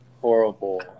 horrible